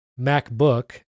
MacBook